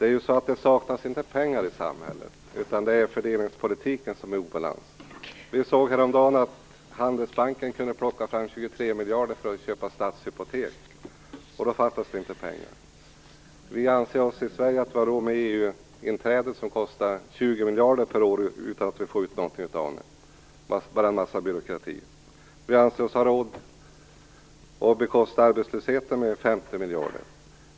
Fru talman! Det saknas ju inte pengar i samhället, utan det är fördelningspolitiken som är i obalans. Vi såg häromdagen att Handelsbanken kunde plocka fram 23 miljarder för att köpa Stadshypotek. Då fattades det inte pengar. Vi anser oss i Sverige också ha råd med EU-medlemskapet, som kostar 20 miljarder per år utan att vi får ut någonting av det. Det blir bara en massa byråkrati. Vi har råd att bekosta arbetslösheten med 50 miljarder.